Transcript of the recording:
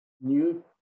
new